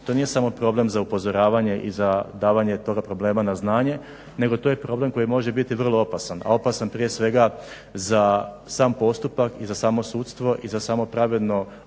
To nije samo problem za upozoravanje i za davanje toga problema na znanje, nego to je problem koji može biti vrlo opasan, a opasan prije svega za sam postupak i za samo sudstvo i za samo pravedno suđenje